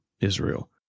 Israel